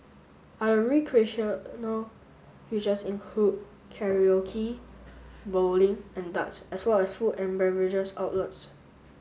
other recreational features include Karaoke bowling and darts as well as food and beverages outlets